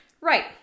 Right